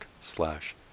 slash